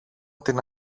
την